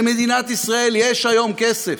למדינת ישראל יש היום כסף,